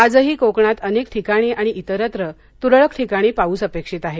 आजही कोकणात अनेक ठिकाणी आणि इतरत्र तुरळक ठिकाणी पाऊस अपेक्षित आहे